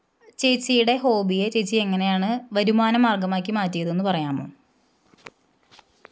ചേച്ചിയുടെ ഹോബിയെ ചേച്ചി എങ്ങനെയാണ് വരുമാന മാർഗ്ഗമാക്കി മാറ്റിയതെന്ന് പറയാമോ